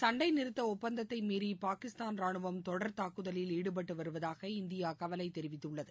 சண்டைநிறுத்த ஒப்பந்தத்தை மீறி பாகிஸ்தான் ரானுவம் தொடர் தாக்குதலில் ஈடுபட்டு வருவதாக இந்தியா கவலை தெரிவித்துள்ளது